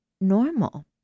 normal